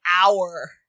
hour